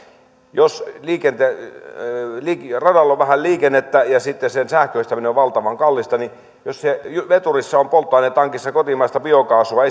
jos radalla on vähän liikennettä ja sitten sen sähköistäminen on valtavan kallista niin jos veturissa on polttoainetankissa esimerkiksi kotimaista biokaasua